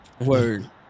Word